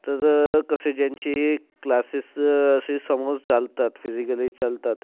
तर कसे ज्यांचे क्लासेस असे समोर चालतात फिजिकली चालतात